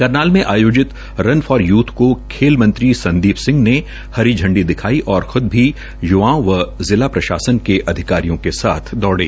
करनाल में आयोजित run for youth को खेल मंत्री संदीप सिंह ने हरी झंडी दिखाई और खूद भी यूवाओं व जिला प्रशासन के अधिकारियों के साथ दौड़े